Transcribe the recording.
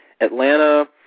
Atlanta